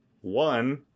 One